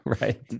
Right